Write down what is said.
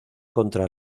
contra